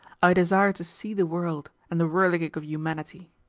i desire to see the world and the whirligig of humanity,